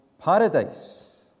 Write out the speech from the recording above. paradise